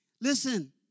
listen